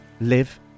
live